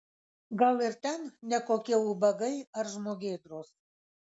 gal ir ten ne kokie ubagai ar žmogėdros